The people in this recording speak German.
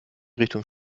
richtung